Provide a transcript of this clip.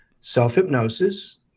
self-hypnosis